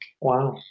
Wow